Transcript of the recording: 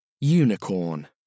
Unicorn